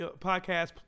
podcast